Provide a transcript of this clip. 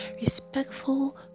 Respectful